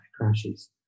crashes